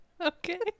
Okay